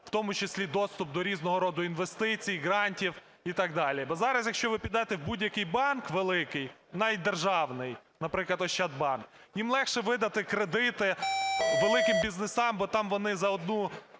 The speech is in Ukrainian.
в тому числі доступ до різного роду інвестицій, грантів і так далі. Зараз якщо ви підете в будь-який банк великий, навіть державний, наприклад, Ощадбанк, їм легше видати кредити великим бізнесам, бо там вони, умовно,